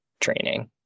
training